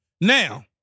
Now